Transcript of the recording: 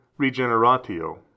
regeneratio